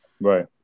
Right